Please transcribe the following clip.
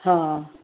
हा